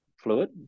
fluid